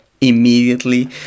immediately